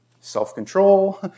self-control